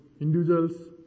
individuals